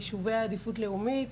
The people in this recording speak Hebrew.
יישובי עדיפות לאומית,